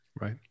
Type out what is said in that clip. Right